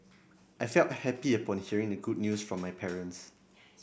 I felt happy upon hearing the good news from my parents